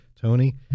Tony